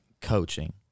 coaching